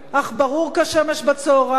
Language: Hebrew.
אך ברור כשמש בצהריים,